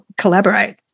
collaborate